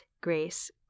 Grace